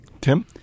Tim